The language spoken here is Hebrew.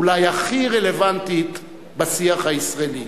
אולי הכי רלוונטית בשיח הישראלי.